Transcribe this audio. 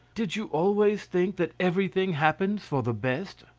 did you always think that everything happens for the best?